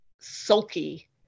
sulky